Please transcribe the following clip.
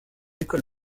école